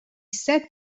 set